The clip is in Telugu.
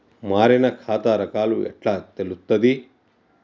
మారిన ఖాతా రకాలు ఎట్లా తెలుత్తది?